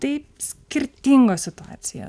tai skirtingos situacija